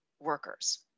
workers